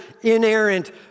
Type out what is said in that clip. inerrant